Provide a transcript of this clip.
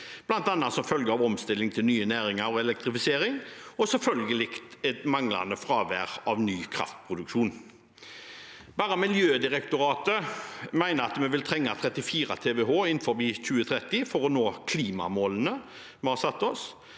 bl.a. som følge av omstilling til nye næringer og elektrifisering, og selvfølgelig et fravær av ny kraftproduksjon. Miljødirektoratet mener at vi vil trenge 34 TWh innen 2030 for å nå klimamålene vi har satt oss.